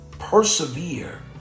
persevere